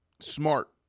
Smart